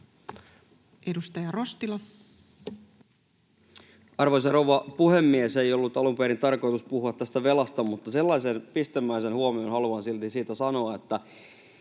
21:05 Content: Arvoisa rouva puhemies! Ei ollut alun perin tarkoitus puhua tästä velasta, mutta sellaisen pistemäisen huomion haluan silti siitä sanoa, että